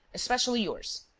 especially yours.